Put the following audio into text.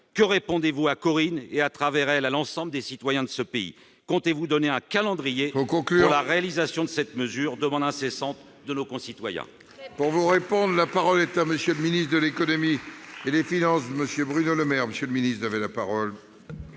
Que répondez-vous à Corinne et, à travers elle, à l'ensemble des citoyens de ce pays ? Il faut conclure ! Comptez-vous donner un calendrier pour la réalisation de cette mesure, demande incessante de nos concitoyens